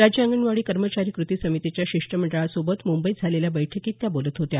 राज्य अंगणवाडी कर्मचारी कृती समितीच्या शिष्टमंडळासोबत मंबईत झालेल्या बैठकीत त्या बोलत होत्या